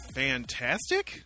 fantastic